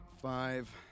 Five